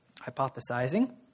hypothesizing